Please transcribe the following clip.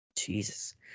Jesus